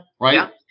right